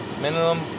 minimum